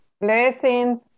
Blessings